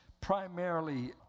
primarily